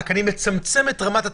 אבל אני מצמצם את רמת הטעויות.